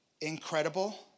incredible